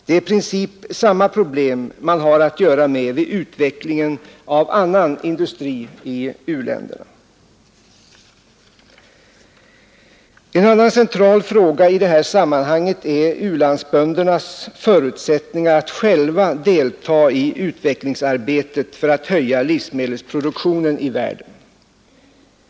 Det är i princip samma problem man har att göra med vid utvecklingen av annan industri i u-länderna. En annan central fråga i detta sammanhang är u-landsböndernas förutsättningar att själva delta i utvecklingsarbetet för att höja livsmedelsproduktionen i världen.